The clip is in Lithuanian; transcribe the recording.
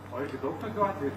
o jeigu daug tokių atvejų